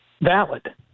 valid